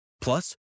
Plus